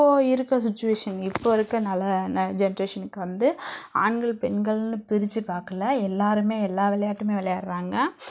இப்போது இருக்க சுச்வேஷன் இப்போது இருக்கனல ஜென்ரேஷனுக்கு வந்து ஆண்கள் பெண்கள்னு பிரித்து பாக்கல எல்லோருமே எல்லா விளையாட்டும் விளையாடுறாங்க